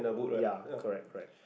ya correct correct